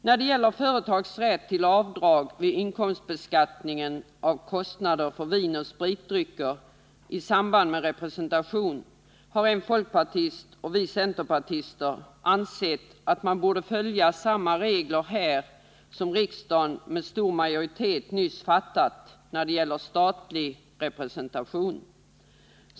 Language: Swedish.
När det gäller företags rätt till avdrag vid inkomstbeskattningen av kostnader för vinoch spritdrycker i samband med representation har en folkpartist och vi centerpartister ansett att man borde följa samma regler som riksdagen med stor majoritet nyss beslutat om när det gäller statlig representation.